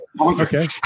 okay